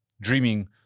dreaming